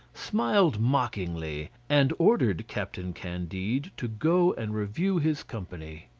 smiled mockingly, and ordered captain candide to go and review his company.